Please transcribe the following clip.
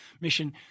mission